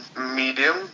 medium